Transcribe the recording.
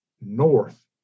north